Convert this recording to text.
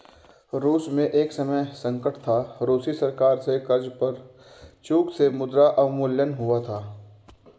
रूस में एक समय संकट था, रूसी सरकार से कर्ज पर चूक से मुद्रा अवमूल्यन हुआ था